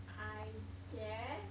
I guess